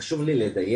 חשוב לי לדייק.